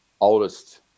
oldest